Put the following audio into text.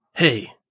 Hey